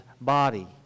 body